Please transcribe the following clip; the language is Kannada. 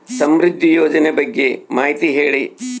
ಸಮೃದ್ಧಿ ಯೋಜನೆ ಬಗ್ಗೆ ಮಾಹಿತಿ ಹೇಳಿ?